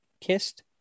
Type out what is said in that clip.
kissed